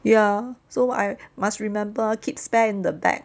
ya so I must remember ah keep spare in the bag